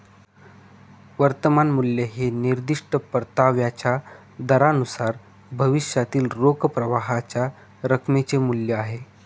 वर्तमान मूल्य हे निर्दिष्ट परताव्याच्या दरानुसार भविष्यातील रोख प्रवाहाच्या रकमेचे मूल्य आहे